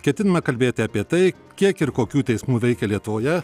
ketiname kalbėti apie tai kiek ir kokių teismų veikė lietuvoje